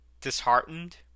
disheartened